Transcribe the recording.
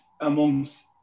amongst